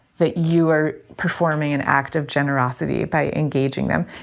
that you are performing an act of generosity by engaging them,